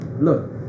Look